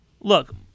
Look